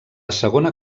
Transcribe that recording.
segona